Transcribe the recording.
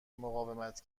مقاومت